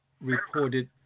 reported